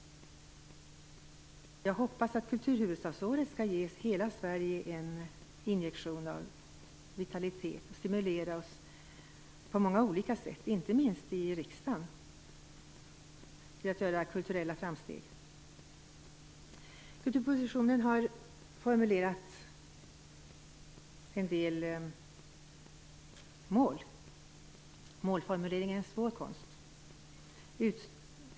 Jag hoppas att kulturhuvudstadsåret skall ge hela Sverige en injektion av vitalitet och stimulera oss alla, inte minst i riksdagen, på många olika sätt till att göra kulturella framsteg. Kulturpropositionen har formulerat en del mål. Målformulering är en svår konst.